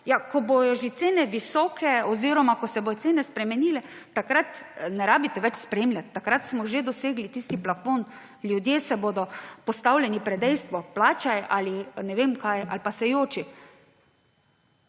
ko bojo že cene visoke oziroma ko se bojo cene spremenile, takrat ne rabite več spremljati, takrat smo že dosegli tisti plafon, ljudje bodo postavljeni pred dejstvo: plačaj ali ne vem kaj, ali pa se joči.